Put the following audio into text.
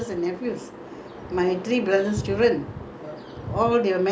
my sister and my two brothers go back india what I grow up with all my nieces and nephews